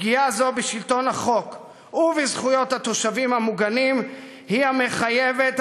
פגיעה זו בשלטון החוק ובזכויות התושבים המוגנים היא המחייבת,